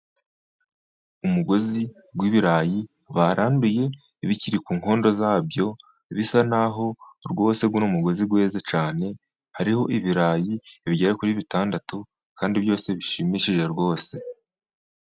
Umugozi w'ibirayi baranduye bikiri ku nkondo zabyo. Bisa n'aho rwose uno mugozi weze cyane. Hariho ibirayi bigera kuri bitandatu, kandi byose bishimishije rwose.